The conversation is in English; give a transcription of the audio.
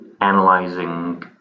analyzing